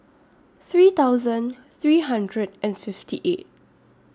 three thousand three hundred and fifty eight